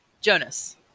Jonas